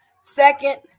Second